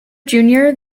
junior